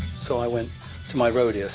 so, i went to my roadie